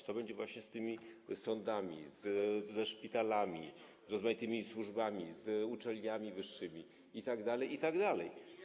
Co będzie właśnie z sądami, ze szpitalami, z rozmaitymi służbami, z uczelniami wyższymi itd., itd.